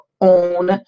own